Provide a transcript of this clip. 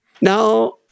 Now